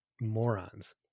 morons